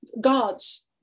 gods